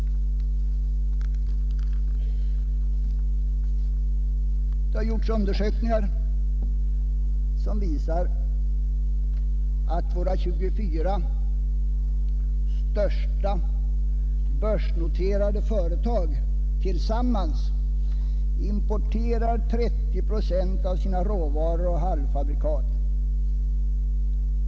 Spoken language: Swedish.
Det har gjorts undersökningar som visar att våra 24 största börsnoterade företag tillsammans importerar 30 procent av sina råvaror och halvfabrikat.